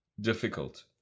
difficult